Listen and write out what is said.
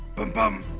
bum bum.